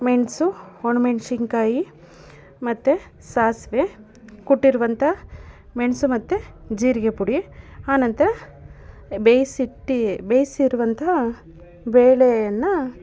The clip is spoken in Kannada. ಮೆಣಸು ಒಣ ಮೆಣ್ಸಿನಕಾಯಿ ಮತ್ತು ಸಾಸಿವೆ ಕುಟ್ಟಿರುವಂಥ ಮೆಣಸು ಮತ್ತು ಜೀರಿಗೆ ಪುಡಿ ಆನಂತರ ಬೇಯ್ಸಿಟ್ಟು ಬೇಯಿಸಿರುವಂತಹ ಬೇಳೆಯನ್ನು